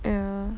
yeah